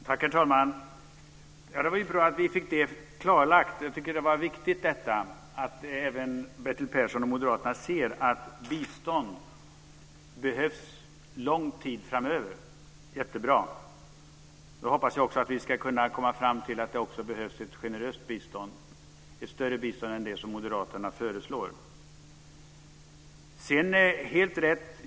Herr talman! Det var bra att vi fick det klarlagt. Jag tycker att det är viktigt att även Bertil Persson och moderaterna ser att bistånd behövs lång tid framöver. Jättebra. Då hoppas jag att vi ska komma fram till att det också behövs ett generöst bistånd, ett större bistånd än det moderaterna föreslår.